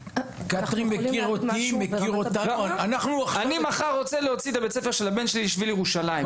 אם אני מחר רוצה להוציא את בית הספר של הבן שלי לטיול בשביל ירושלים,